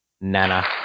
Nana